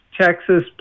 Texas